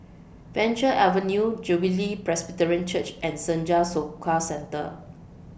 Venture Avenue Jubilee Presbyterian Church and Senja Soka Centre